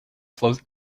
flows